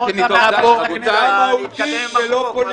עמדת ראש הממשלה היא להתקדם עם החוק,